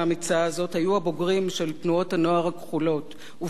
של תנועות הנוער הכחולות ובראשן "דרור ישראל",